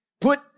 put